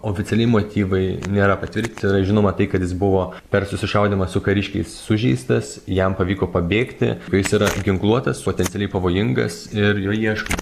oficialiai motyvai nėra patvirti yra žinoma tai kad jis buvo per susišaudymą su kariškiais sužeistas jam pavyko pabėgti ka jis yra ginkluotas potencialiai pavojingas ir jo ieško